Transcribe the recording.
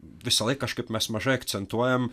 visąlaik kažkaip mes mažai akcentuojam